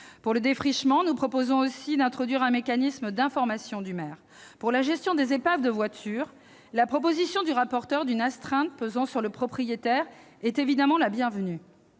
Pour le défrichement, nous proposons aussi d'introduire un mécanisme d'information du maire. S'agissant de la gestion des épaves de voitures, la proposition du rapporteur d'une astreinte pesant sur le propriétaire est évidemment la bienvenue,